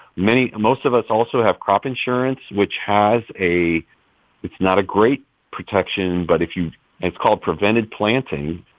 many most of us also have crop insurance, which has a it's not a great protection, but if you it's called prevented planting,